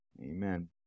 Amen